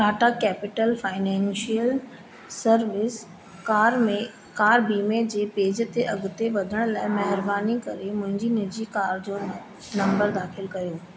Tata capital financial service car में car वीमे जे पेज ते अॻिते वधण लाइ महिरबानी करे मुंहिंजी निजी कार जो नंबर दाख़िल करियो